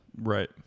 Right